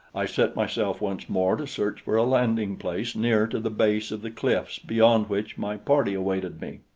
i set myself once more to search for a landing-place near to the base of the cliffs beyond which my party awaited me.